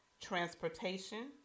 Transportation